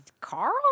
Carl